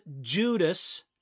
Judas